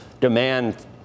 demand